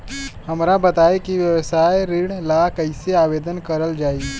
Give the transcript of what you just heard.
हमरा बताई कि व्यवसाय ऋण ला कइसे आवेदन करल जाई?